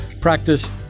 practice